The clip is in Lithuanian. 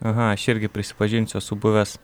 aha aš irgi prisipažinsiu esu buvęs